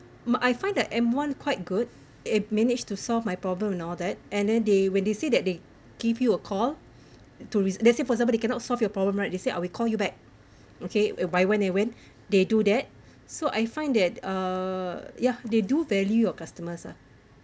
I find that M1 quite good it managed to solve my problem and all that and then they when they say that they give you a call to re~ let's say for example they cannot solve your problem right they say I will call you back okay by when they when they do that so I find that uh ya they do value your customers ah